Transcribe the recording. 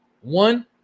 one